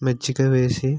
మజ్జిగ వేసి